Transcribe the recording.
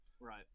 right